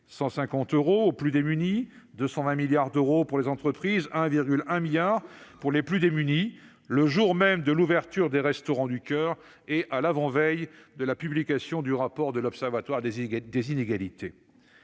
150 euros : autrement dit, 220 milliards d'euros pour les entreprises, 1,1 milliard pour les plus démunis, le jour même de l'ouverture des Restos du coeur et à l'avant-veille de la publication du rapport de l'Observatoire des inégalités,